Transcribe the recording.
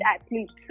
athletes